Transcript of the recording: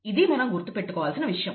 ఇది మనం గుర్తుపెట్టుకోవాల్సిన విషయం